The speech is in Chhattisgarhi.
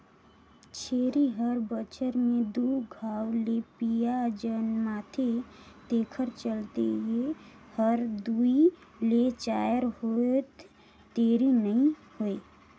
छेरी हर बच्छर में दू घांव ले पिला जनमाथे तेखर चलते ए हर दूइ ले चायर होवत देरी नइ होय